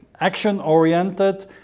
action-oriented